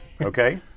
Okay